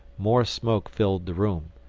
more smoke filled the room.